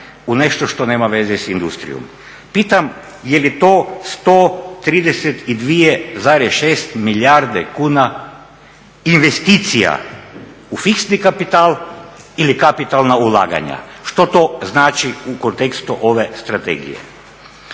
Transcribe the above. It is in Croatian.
u nešto što nema veze sa industrijom. Pitam je li to 132,6 milijarde kuna investicija u fiksni kapital ili kapitalna ulaganja. Što to znači u kontekstu ove strategije?